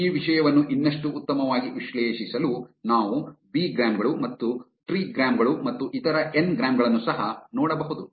ಈ ವಿಷಯವನ್ನು ಇನ್ನಷ್ಟು ಉತ್ತಮವಾಗಿ ವಿಶ್ಲೇಷಿಸಲು ನಾವು ಬಿಗ್ರಾಮ್ ಗಳು ಮತ್ತು ಟ್ರಿಗ್ರಾಮ್ ಗಳು ಮತ್ತು ಇತರ ಎನ್ ಗ್ರಾಂ ಗಳನ್ನು ಸಹ ನೋಡಬಹುದು